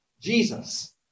Jesus